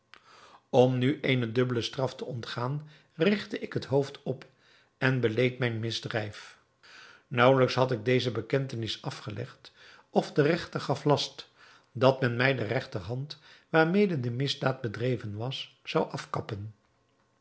om nu eene dubbele straf te ontgaan rigtte ik het hoofd op en beleed mijn misdrijf naauwelijks had ik deze bekentenis afgelegd of de regter gaf last dat men mij de regterhand waarmede de misdaad bedreven was zou afkappen